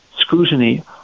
scrutiny